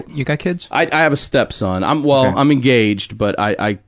you got kids? i have a stepson. i'm well, i'm engaged, but i,